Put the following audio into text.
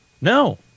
No